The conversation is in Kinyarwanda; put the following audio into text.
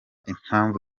impamvu